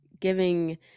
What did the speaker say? giving